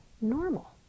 normal